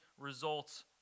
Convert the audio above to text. results